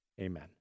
Amen